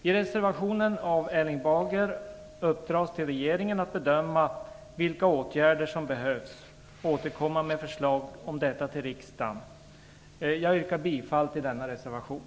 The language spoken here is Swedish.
I reservationen av Erling Bager föreslås att regeringen skall ges i uppdrag att bedöma vilka åtgärder som behöver vidtas och att återkomma med förslag om detta till riksdagen. Jag yrkar bifall till denna reservation.